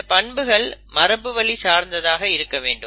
இந்த பண்புகள் மரபுவழி சார்ந்ததாக இருக்க வேண்டும்